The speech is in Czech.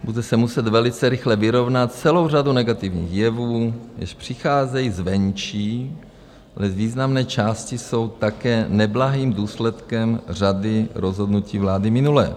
Bude se muset velice rychle vyrovnat s celou řadu negativních jevů, jež přicházejí zvenčí, ale z významné části jsou také neblahým důsledkem řady rozhodnutí vlády minulé.